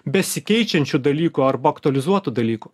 besikeičiančiu dalyku arba aktualizuotu dalyku